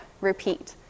repeat